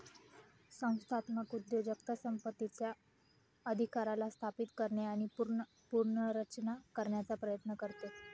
संस्थात्मक उद्योजकता संपत्तीचा अधिकाराला स्थापित करणे आणि पुनर्रचना करण्याचा प्रयत्न करते